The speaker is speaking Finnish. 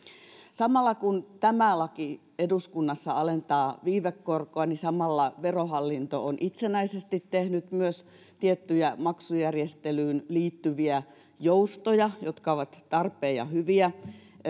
samalla kun tämä laki eduskunnassa alentaa viivekorkoa niin samalla verohallinto on itsenäisesti tehnyt myös tiettyjä maksujärjestelyyn liittyviä joustoja jotka ovat tarpeen ja hyviä